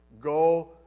Go